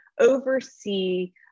oversee